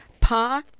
Pa